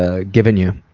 ah given you,